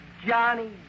Johnny